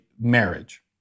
marriage